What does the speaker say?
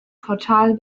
portal